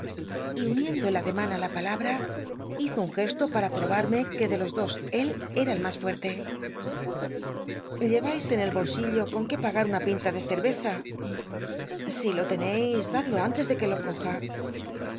y uniendo el ademan á la palabra hizo un gcslo para probarme c ue de los dos él era el mas fucl'le llevais en el bolsillo con qué pagar una pinta de ccivcza si lo tcncis dadlo anl cs ele f ue lo coja